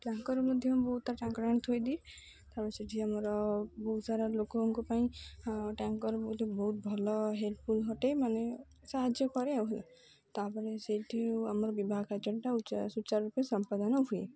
tanker ମଧ୍ୟ ବହୁତ ତାରା ଟ ତାଙ୍କରାଣୀ ଥୋଇଦିଏ ତାପରେ ସେଠି ଆମର ବହୁତ ସାରା ଲୋକଙ୍କ ପାଇଁ ଟ୍ୟାଙ୍କର୍ ମଧ୍ୟ ବହୁତ ଭଲ ହେଲ୍ପଫୁଲ୍ ଅଟେ ମାନେ ସାହାଯ୍ୟ କରେ ଆଉ ତାପରେ ସେଇଠି ଆମର ବିବାହ କାର୍ଯ୍ୟଟା ତ ସୂଚାରୂ ରୂପେ ସମ୍ପାଦାନ ହୁଏ